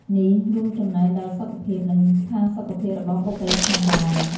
នេះរួមចំណែកដល់សុខភាព និងផាសុកភាពរបស់បុគ្គលិកផងដែរ។